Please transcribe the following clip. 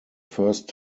first